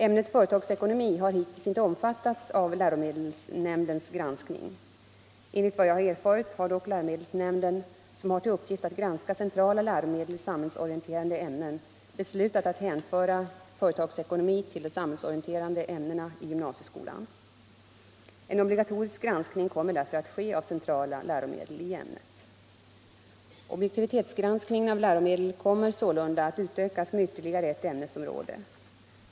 Ämnet företagsekonomi har hittills inte omfattats av läromedelsnämndens granskning. Enligt vad jag har erfarit har dock läromedelsnämnden, som har till uppgift att granska centrala läromedel i samhällsorienterande ämnen, beslutat att hänföra företagsekonomi till de samhällsorienterande ämnena i gymnasieskolan. En obligatorisk granskning kommer därför att ske av centrala läromedel i ämnet. Objektivitetsgranskningen av läromedel kommer sålunda att utökas med ytterligare ett ämnesområde.